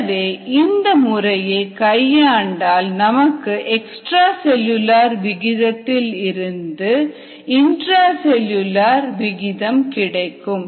எனவே இந்த முறையை கையாண்டால் நமக்கு எக்ஸ்ட்ரா செல்லுலார் விகிதத்தில் இருந்து இந்ட்ரா செல்லுலார் விகிதம் கிடைக்கும்